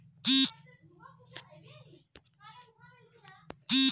बैगनक गर्म वातावरनेर जरुरत पोर छेक